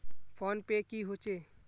Phone पै की होचे?